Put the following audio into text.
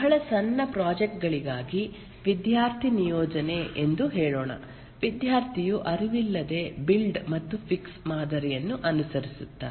ಬಹಳ ಸಣ್ಣ ಪ್ರಾಜೆಕ್ಟ್ ಗಳಿಗಾಗಿ ವಿದ್ಯಾರ್ಥಿ ನಿಯೋಜನೆ ಎಂದು ಹೇಳೋಣ ವಿದ್ಯಾರ್ಥಿಯು ಅರಿವಿಲ್ಲದೆ ಬಿಲ್ಡ್ ಮತ್ತು ಫಿಕ್ಸ್ ಮಾದರಿಯನ್ನು ಅನುಸರಿಸುತ್ತಾನೆ